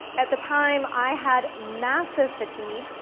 at the time, i had massive fatigue,